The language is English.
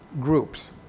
groups